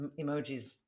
emojis